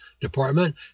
Department